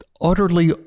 utterly